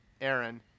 Aaron